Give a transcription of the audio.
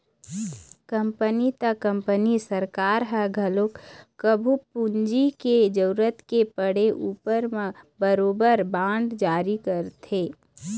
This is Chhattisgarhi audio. कंपनी त कंपनी सरकार ह घलोक कभू पूंजी के जरुरत के पड़े उपर म बरोबर बांड जारी करथे